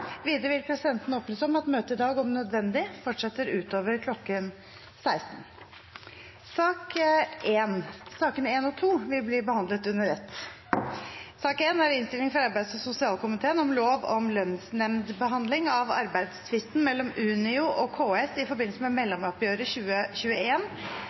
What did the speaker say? Videre vil presidenten opplyse om at møtet i dag om nødvendig fortsetter utover kl. 16. Sakene nr. 1 og 2 vil bli behandlet under ett. Etter ønske fra arbeids- og sosialkomiteen vil presidenten ordne debatten slik: 5 minutter til hver partigruppe og 5 minutter til medlemmer av